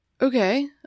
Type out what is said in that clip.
Okay